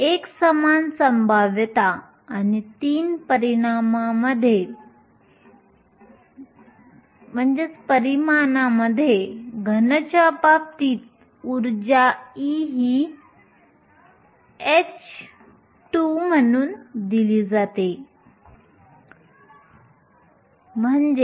एकसमान संभाव्यता आणि 3 परिमाणांमध्ये घनच्या बाबतीत ऊर्जा E ही h28mL2 nx2ny2nz2 म्हणून दिली जाते